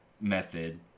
method